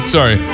Sorry